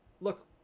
look